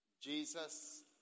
Jesus